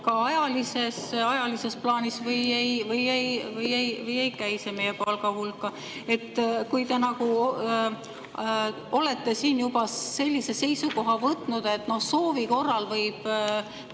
ka ajalises plaanis või ei käi see meie palga hulka? Te nagu olete siin juba sellise seisukoha võtnud, et soovi korral võib